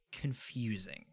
confusing